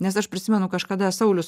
nes aš prisimenu kažkada saulius